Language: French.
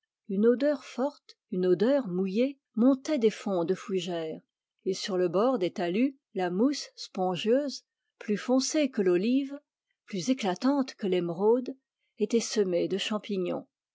une odeur forte une odeur mouillée montait des fonds de fougères et sur le bord des talus la mousse spongieuse plus foncée que l'olive plus éclatante que l'émeraude était semée de champignons